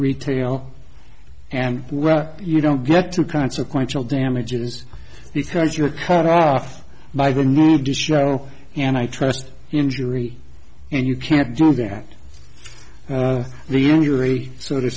retail and well you don't get to consequential damages because you're cut off by the need to show and i trust injury and you can't do that the injury so t